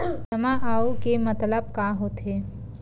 जमा आऊ के मतलब का होथे?